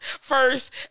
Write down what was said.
first